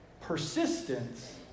Persistence